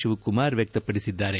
ಶಿವಕುಮಾರ್ ವ್ಯಕ್ತಪಡಿಸಿದ್ದಾರೆ